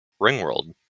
Ringworld